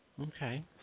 Okay